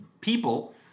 People